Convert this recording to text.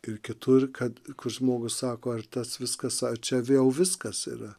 ir kitur kad kur žmogus sako ar tas viskas ar čia vėl viskas yra